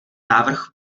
návrh